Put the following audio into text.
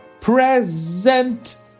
present